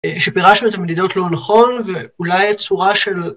שפירשנו את המדידות לא נכון ואולי הצורה של...